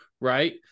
right